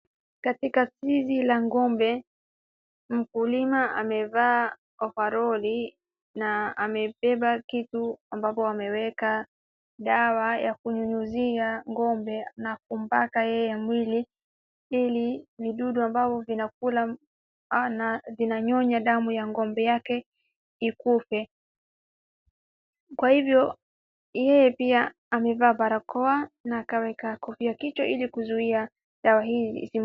Katika zizi la ng'ombe, mkulima amevaa ovaroli na amebeba kitu ambapo ameweka dawa ya kunyunyuzia ng'ombe na kumpaka yeye mwili ili vidudu ambavyo vinakula na vinanyonya damu ya ng'ombe yake ikufe. Kwa hivyo, yeye pia amevaa barakoa na akaweka kofia kichwa ili kuzuia dawa hii isi.